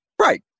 Right